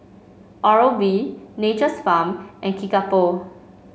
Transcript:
Oral B Nature's Farm and Kickapoo